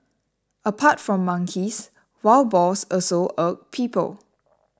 apart from monkeys wild boars also irk people